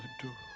to